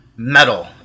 metal